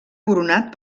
coronat